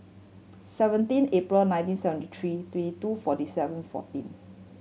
seventeen April nineteen seventy three three two forty seven fourteen